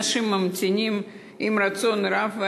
אנשים ממתינים, עם רצון רב.